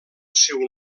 seu